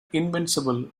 invincible